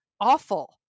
awful